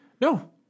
No